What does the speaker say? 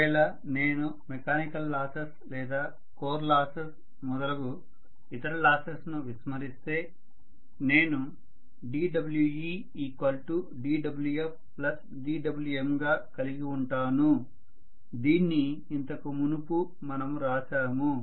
ఒకవేళ నేను mechanical losses లేదా కోర్ లాసెస్ మొదలగు ఇతర లాసెస్ ను విస్మరిస్తే నేను dWedWfdWmగా కలిగి ఉంటాను దీన్ని ఇంతకుమునుపు మనము రాశాము